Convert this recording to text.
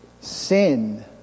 Sin